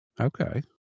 Okay